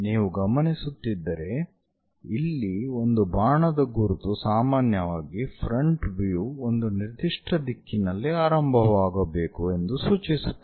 ನೀವು ಗಮನಿಸುತ್ತಿದ್ದರೆ ಇಲ್ಲಿ ಒಂದು ಬಾಣದ ಗುರುತು ಸಾಮಾನ್ಯವಾಗಿ ಫ್ರಂಟ್ ವ್ಯೂ ಒಂದು ನಿರ್ದಿಷ್ಟ ದಿಕ್ಕಿನಲ್ಲಿ ಆರಂಭವಾಗಬೇಕು ಎಂದು ಸೂಚಿಸುತ್ತದೆ